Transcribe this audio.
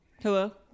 Hello